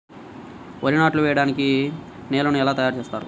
వరి నాట్లు వేయటానికి నేలను ఎలా తయారు చేస్తారు?